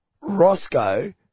Roscoe